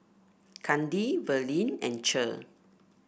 Kandi Verlin and Cher